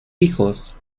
hijos